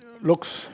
looks